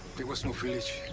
there was no village.